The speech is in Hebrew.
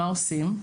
מה עושים?